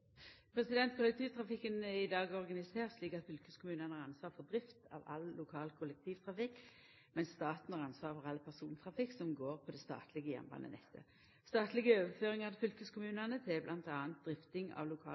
Kollektivtrafikken er i dag organisert slik at fylkeskommunane har ansvaret for drift av all lokal kollektivtrafikk, mens staten har ansvaret for all persontrafikk som går på det statlege jernbanenettet. Statlege overføringar til fylkeskommunane til bl.a. driftinga av lokal